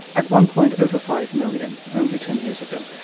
at one point over five million only ten years ago.